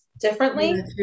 differently